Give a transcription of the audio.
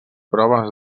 proves